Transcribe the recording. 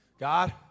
God